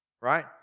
Right